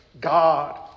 God